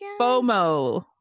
FOMO